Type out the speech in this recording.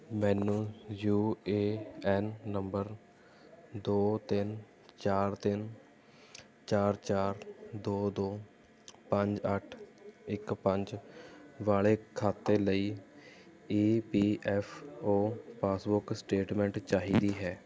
ਮੈਨੂੰ U A N number ਦੋ ਤਿੰਨ ਚਾਰ ਤਿੰਨ ਚਾਰ ਚਾਰ ਦੋ ਦੋ ਪੰਜ ਅੱਠ ਇੱਕ ਪੰਜ ਵਾਲੇ ਖਾਤੇ ਲਈ E P F O passbook statement ਚਾਹੀਦੀ ਹੈ